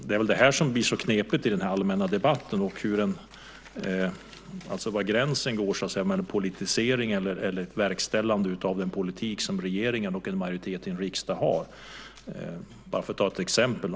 Det är detta som blir så knepigt i den allmänna debatten. Var går gränsen mellan en politisering och ett verkställande av den politik som regeringen och en majoritet i riksdagen för? Låt mig ta ett exempel.